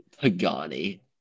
Pagani